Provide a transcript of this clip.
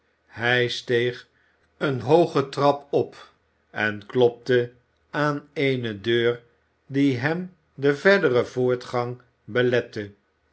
hij steeg een hooge trap op en klopte aan eene deur die hem den verderen voortgang belette